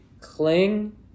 cling